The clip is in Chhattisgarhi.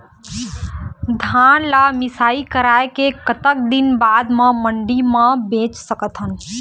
धान ला मिसाई कराए के कतक दिन बाद मा मंडी मा बेच सकथन?